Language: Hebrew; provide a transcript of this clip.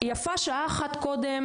יפה שעה אחת קודם,